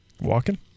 walking